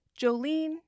Jolene